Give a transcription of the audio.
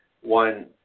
One